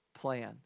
plan